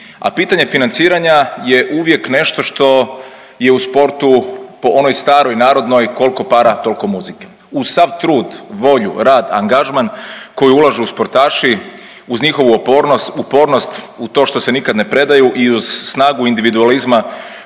A pitanje financiranja je uvijek nešto što je u sportu po onoj staroj narodnoj, koliko para, toliko muzike. Uz sav trud, volju, rad, angažman koju ulažu sportaši, uz njihovu upornost, u to što se nikad ne predaju i uz snagu individualizma